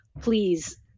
please